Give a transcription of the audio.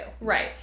Right